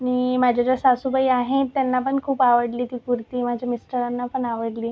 मी माझ्या ज्या सासूबाई आहे त्यांना पण खूप आवडली ती कुर्ती माझ्या मिस्टरांना पण आवडली